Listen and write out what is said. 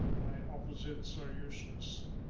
opposites are useless.